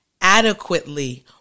adequately